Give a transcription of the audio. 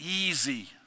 easy